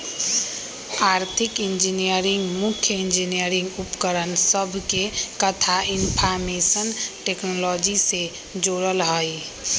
आर्थिक इंजीनियरिंग मुख्य इंजीनियरिंग उपकरण सभके कथा इनफार्मेशन टेक्नोलॉजी से जोड़ल हइ